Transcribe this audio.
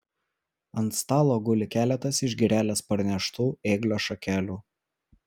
ant stalo guli keletas iš girelės parneštų ėglio šakelių